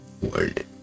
world